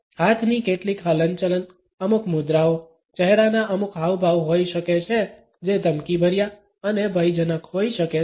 હાથની કેટલીક હલનચલન અમુક મુદ્રાઓ ચહેરાના અમુક હાવભાવ હોઈ શકે છે જે ધમકીભર્યા અને ભયજનક હોઈ શકે છે